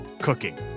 cooking